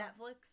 Netflix